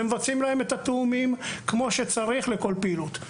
ומבצעים להם את התיאומים כמו שצריך לכל פעילות.